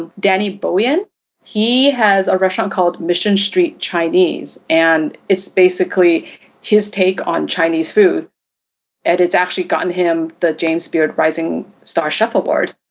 ah danny but bowein. he has a restaurant called mission street chinese and it's basically his take on chinese food and it's actually gotten him the james beard rising star chef award.